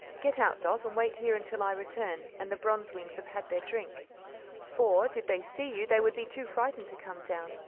get out, dot, and wait here until i return, and the bronze-wings have had their drink for, did they see you, they would be too frightened to come down,